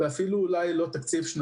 קל וחומר לא דו-שנתי.